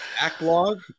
Backlog